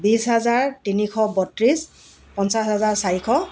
বিছ হাজাৰ তিনিশ বত্ৰিশ পঞ্চাছ হাজাৰ চাৰিশ